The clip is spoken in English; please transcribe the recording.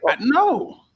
no